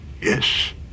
Yes